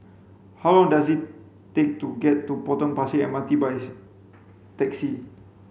how long does it take to get to Potong Pasir M R T by taxi